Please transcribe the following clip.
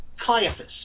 Caiaphas